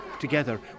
together